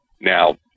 Now